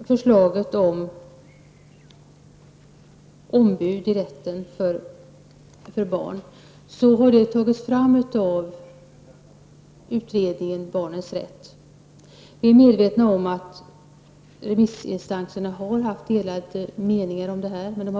Förslaget om ombud i rätten för barn har tagits fram av utredningen om barnens rätt. Vi är medvetna om att remissinstanserna har haft delade meningar.